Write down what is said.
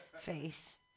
face